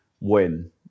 win